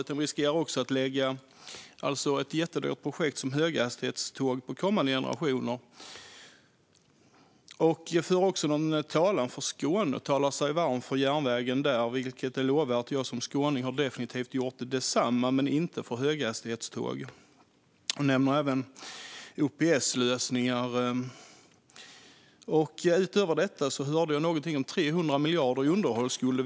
Vi riskerar också att lägga kostnaden för ett jättedyrt projekt som höghastighetståg på kommande generationer. Det var också någon talare från Skåne som talade sig varm för järnvägen där. Jag lovar att jag som skåning definitivt hade gjort detsamma, men inte för höghastighetståg. Hon nämner även OPS-lösningar. Utöver detta hörde jag någonting om 300 miljarder i underhållsskulder.